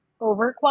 Overqualified